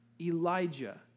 Elijah